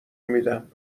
میدم